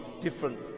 different